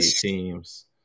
teams